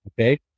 okay